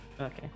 Okay